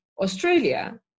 Australia